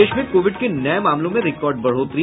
प्रदेश में कोविड के नये मामलों में रिकॉर्ड बढ़ोतरी